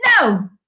No